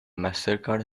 mastercard